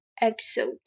episode